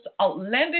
outlandish